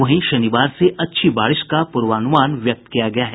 वहीं शनिवार से अच्छी बारिश का पूर्वानुमान व्यक्त किया गया है